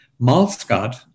Malscott